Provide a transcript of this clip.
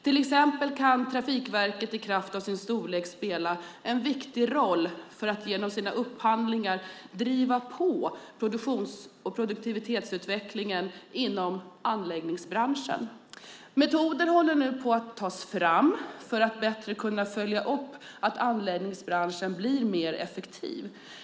Till exempel kan Trafikverket i kraft av sin storlek spela en viktig roll för att genom sina upphandlingar driva på produktivitetsutvecklingen inom anläggningsbranschen. Metoder håller nu på att tas fram för att bättre följa upp att anläggningsbranschen blir mer effektiv.